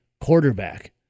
quarterback